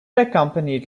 accompanied